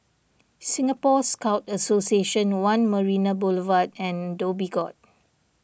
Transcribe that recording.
Singapore Scout Association one Marina Boulevard and Dhoby Ghaut